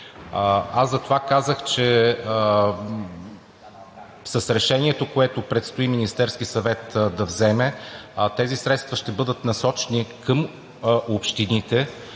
Затова казах, че с решението, което предстои Министерският съвет да вземе, тези средства ще бъдат насочени към общините,